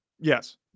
Yes